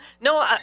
No